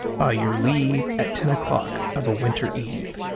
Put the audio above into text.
by your leave, at ten o'clock of a winter eve.